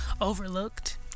overlooked